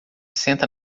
senta